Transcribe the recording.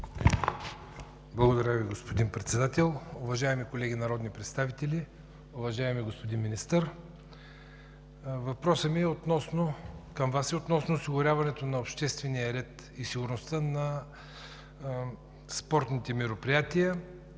Благодаря Ви, господин Председател. Уважаеми колеги народни представители! Уважаеми господин Министър, въпросът ми към Вас е относно осигуряването на обществения ред и сигурността на спортните мероприятия.